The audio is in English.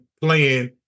playing